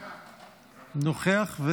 נוכח.